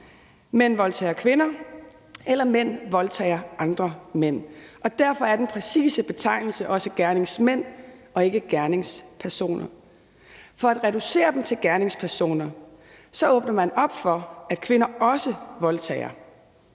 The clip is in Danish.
Mænd voldtager kvinder, eller mænd voldtager andre mænd. Derfor er den præcise betegnelse også gerningsmænd og ikke gerningspersoner. For ved at reducere dem til gerningspersoner åbner man op for, at kvinder også voldtager,